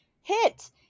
hit